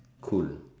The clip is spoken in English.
cool